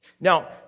Now